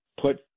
put